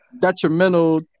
Detrimental